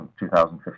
2015